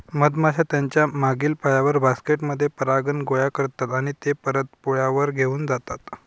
मधमाश्या त्यांच्या मागील पायांवर, बास्केट मध्ये परागकण गोळा करतात आणि ते परत पोळ्यावर घेऊन जातात